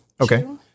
Okay